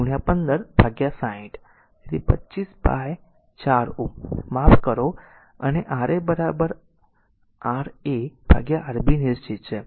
તેથી 25 1560 તેથી 25 બાય 4 Ω માફ કરો અને R a Ra by Rb નિશ્ચિત છે